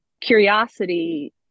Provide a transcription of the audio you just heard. curiosity